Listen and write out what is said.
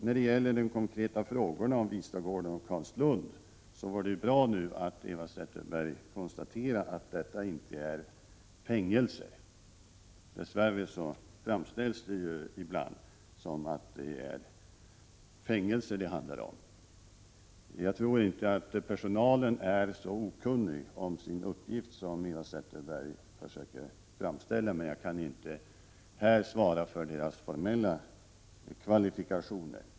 När det gäller de konkreta frågorna om Vistagården och Carlslund, var det bra att Eva Zetterberg konstaterade att det inte rör sig om fängelser. Det framställs dess värre ibland som om det är fängelser det handlar om. Jag tror inte att personalen är så okunnig om sin uppgift som Eva Zetterberg försöker framställa det. Jag kan dock inte här svara för deras formella kvalifikationer.